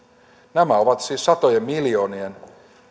nämä ovat siis satojen miljoonien